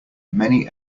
many